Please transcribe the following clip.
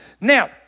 Now